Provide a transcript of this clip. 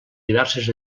diverses